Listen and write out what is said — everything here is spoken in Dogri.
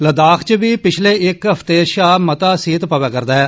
लद्दाख च बी पिच्छले इक हफ्ते शा मता सीत पवा'रदा ऐ